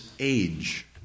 age